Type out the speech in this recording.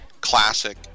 classic